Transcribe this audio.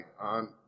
on